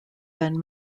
than